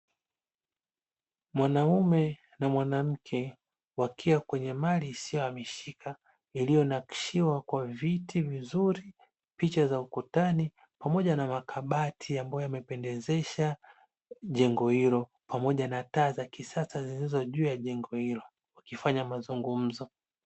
Mwanaume na mwanamke wakiwa kwenye mali isiyohamishika, iliyonakshiwa kwa viti vizuri, picha za ukutani pamoja na makabati; ambayo yamependezesha jengo hilo, pamoja na taa za kisasa zilizo juu ya jengo hilo; wakifanya mazungumzo.